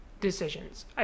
decisions